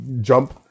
jump